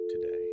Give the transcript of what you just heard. today